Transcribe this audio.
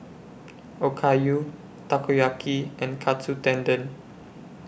Okayu Takoyaki and Katsu Tendon